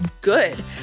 good